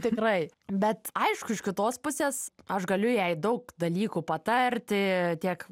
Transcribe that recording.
tikrai bet aišku iš kitos pusės aš galiu jai daug dalykų patarti tiek